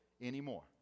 anymore